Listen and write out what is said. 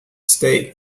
stay